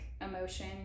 emotion